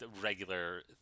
regular